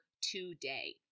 today